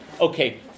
Okay